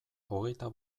hogeita